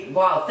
Wow